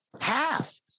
half